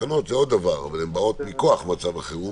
והתקנות באות מכוח מצב החירום